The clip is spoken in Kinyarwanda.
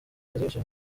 wishimye